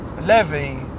Levy